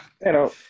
pero